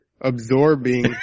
Absorbing